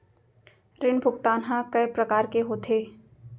ऋण भुगतान ह कय प्रकार के होथे?